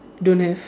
don't have